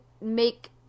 make